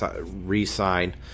re-sign